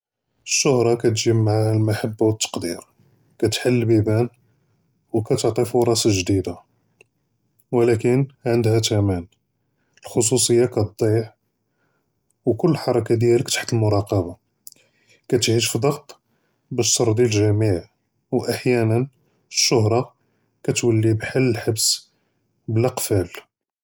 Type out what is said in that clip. אֶלְשְהְרַה כַּאתְגִ'י מְעַא-הַא אֶלְמֻחַבַּה וְתַּקְדִּיר, כַּאתְחַלְּל בִּיבָּאן וְכַאתְעַטִּי פְּרָס גְ'דִּידָה, וְלָקִין עַנְדְהּَا תְּמַן אֶלְחְסּוּסִיַא כַּאתְדִיַע, וְכֹּל חֲרַכַּה דִּיַאלְך תַּחְת אֶלְמֻרַاقְבָּה, כַּאתְעַיִש פִּדַּغْט בַּש תְּרְדִּי אֶלְגַּ'מִיע וְאַחְיָאנָא אֶלְשְהְרַה כַּאתְוַלִי בְּחַל אֶלְחَبַס בְּלָא קְוַאפָּאל.